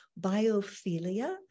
biophilia